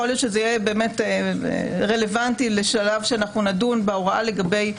יכול להיות שזה יהיה רלוונטי לשלב שנדון בהוראה לגבי מעצרים,